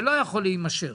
זה לא יכול להימשך.